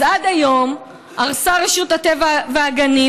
אז עד היום הרסה רשות הטבע והגנים,